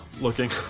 looking